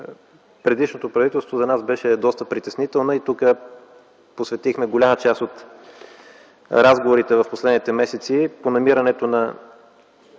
предишното правителство, за нас беше доста притеснителна. Посветихме голяма част от разговорите в последните месеци по намирането на